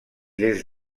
des